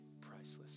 priceless